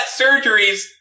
surgeries